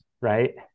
Right